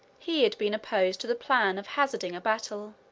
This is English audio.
he had been opposed to the plan of hazarding a battle.